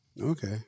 Okay